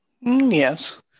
Yes